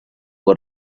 were